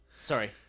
Sorry